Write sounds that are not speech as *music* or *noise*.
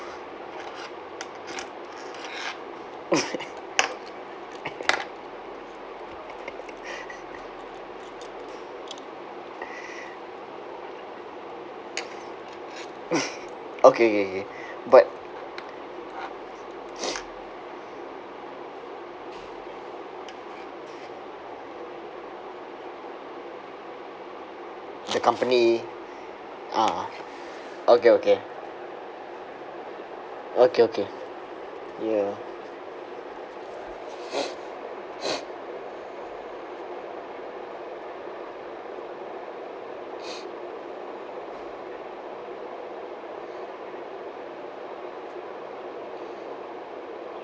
*laughs* okay K K but the company ah okay okay okay okay ya *breath*